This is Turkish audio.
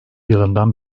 yılından